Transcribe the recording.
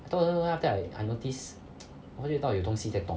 到到到 then after like I I notice 看到有东西在动